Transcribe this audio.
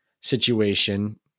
situation